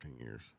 years